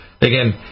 Again